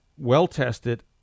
well-tested